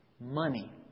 Money